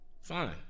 fine